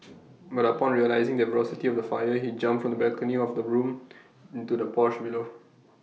but upon realising the ferocity of the fire he jumped from the balcony of the bedroom onto the porch below